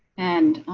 and